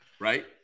right